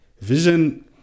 vision